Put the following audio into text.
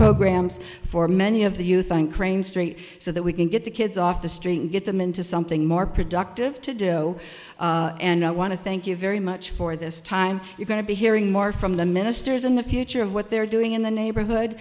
programs for many of the youth and craned street so that we can get the kids off the street and get them into something more productive to do and not want to thank you very much for this time you're going to be hearing more from the ministers in the future of what they're doing in the neighborhood